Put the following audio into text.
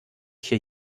hier